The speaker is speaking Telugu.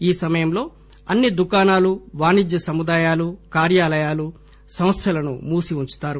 ఈ సమయంలో అన్ని దుకాణాలు వాణిజ్య సముదాయాలు కార్యాలయాలు సంస్థలను మూసి ఉంచుతారు